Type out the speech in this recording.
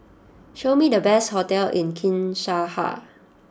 show me the best hotels in Kinshasa